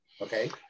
okay